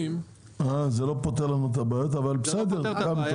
זה לא פותר לנו את הבעיות, אבל בסדר, גם טוב.